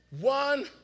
one